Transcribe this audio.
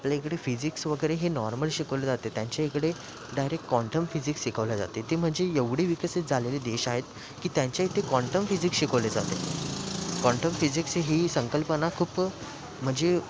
आपल्या इकडे फिजिक्स वगैरे हे नॉर्मल शिकवलं जातं त्यांच्या इकडे डायरेक्ट क्वांटम फिजिक्स शिकवलं जाते ते म्हणजे एवढे विकसित झालेले देश आहेत की त्यांच्या इथे क्वांटम फिजिक्स शिकवलं जाते क्वांटम फिजिक्सची ही संकल्पना खूप म्हणजे